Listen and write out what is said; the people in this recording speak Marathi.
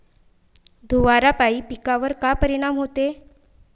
धुवारापाई पिकावर का परीनाम होते?